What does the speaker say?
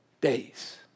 days